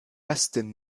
justin